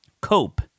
cope